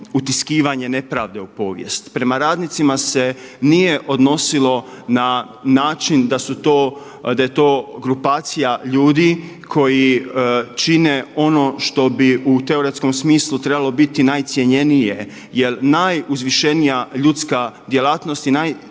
utiskivanje nepravde u povijest. Prema radnicima se nije odnosilo na način da je to grupacija ljudi koji čine ono što bi u teoretskom smislu trebalo biti najcjenjenije, jel najuzvišenija ljudska djelatnost i najuzvišenija